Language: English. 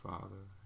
Father